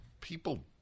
people